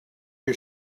you